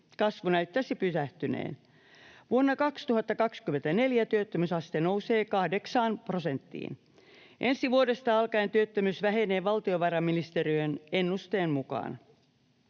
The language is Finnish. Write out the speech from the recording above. kasvu näyttäisi pysähtyneen. Vuonna 2024 työttömyysaste nousee kahdeksaan prosenttiin. Ensi vuodesta alkaen työttömyys vähenee valtiovarainministeriön ennusteen mukaan.